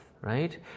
right